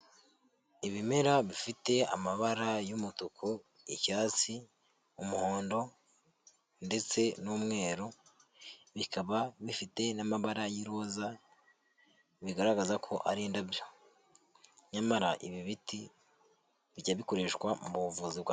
Ibimera bifite amabara y'umutuku, icyatsi, umuhondo, ndetse n'umweru, bikaba bifite n'amabara y'iroza, bigaragaza ko ari indabyo. Nyamara ibi biti bijya bikoreshwa mu buvuzi bwa.